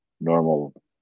normal